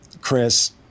Chris